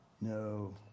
No